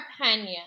opinion